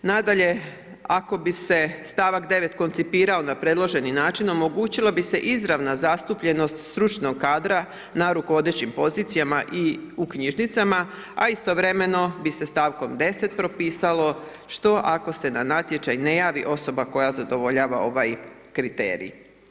Nadalje, ako bi se stavak 9. koncipirao na predloženi način omogućilo bi se izravna zastupljenost stručnog kadra na rukovodećim pozicijama i u knjižnicama a istovremeno bi se stavkom 10. propisalo što ako se na natječaj ne javi osoba koja zadovoljava ovaj kriterij.